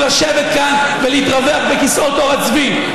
לשבת כאן ולהתרווח בכיסאות עור הצבי.